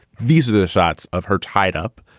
these are the shots of her tied up.